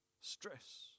stress